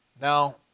Now